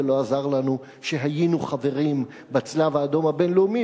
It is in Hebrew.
ולא עזר לנו שהיינו חברים בצלב-האדום הבין-לאומי,